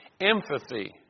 empathy